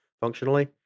functionally